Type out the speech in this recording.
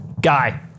Guy